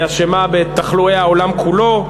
היא אשמה בתחלואי העולם כולו.